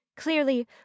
Clearly